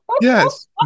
Yes